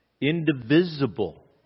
indivisible